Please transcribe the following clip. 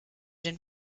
den